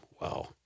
Wow